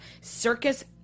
Circus